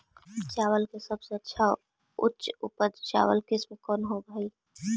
चावल के सबसे अच्छा उच्च उपज चावल किस्म कौन होव हई?